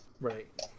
Right